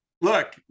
Look